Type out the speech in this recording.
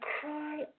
cry